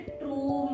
true